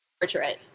portrait